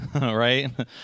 right